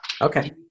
Okay